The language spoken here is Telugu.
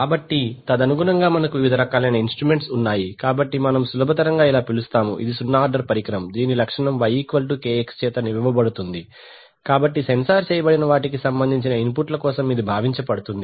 కాబట్టి తదనుగుణంగా మనకు వివిధ రకాల ఇన్స్ట్రుమెంట్స్ ఉన్నాయి కాబట్టి మనము శుభతరంగా ఇలా పిలుస్తాము ఇది సున్నా ఆర్డర్ పరికరం దీని లక్షణం y Kx చే ఇవ్వబడుతుంది కాబట్టి సెన్సార్ చేయబడిన వాటికి సంబంధించిన ఇన్పుట్ల కోసం ఇది భావించ బడుతుంది